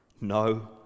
no